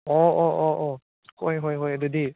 ꯑꯣ ꯑꯣ ꯑꯣ ꯑꯣ ꯍꯣꯏ ꯍꯣꯏ ꯍꯣꯏ ꯑꯗꯨꯗꯤ